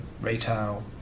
retail